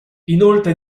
inoltre